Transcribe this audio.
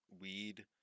weed